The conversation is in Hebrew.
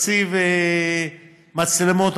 נציב מצלמות,